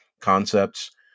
concepts